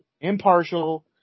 impartial